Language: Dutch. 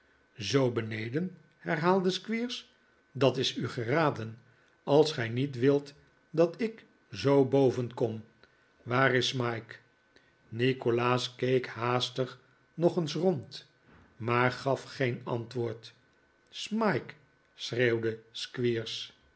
zoo beneden herhaalde squeers dat is u geraden als gij niet wilt dat ik zoo boven kom waar is smike nikolaas keek haastig nog eens rond maar gaf geen antwoord smike